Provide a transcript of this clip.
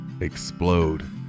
explode